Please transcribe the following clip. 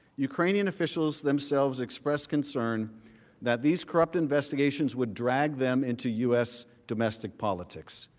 ukrainian officials themselves express concern that these corrupt investigations would drag them into u s. domestic politics.